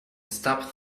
stop